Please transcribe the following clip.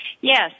Yes